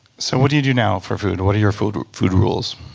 so what do you do now for food? what are your food food rules?